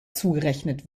zugerechnet